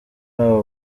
abo